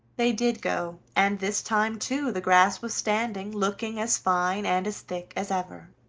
they did go, and this time too the grass was standing, looking as fine and as thick as ever.